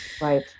Right